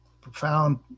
profound